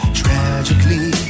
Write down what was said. tragically